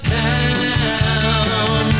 town